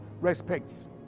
respects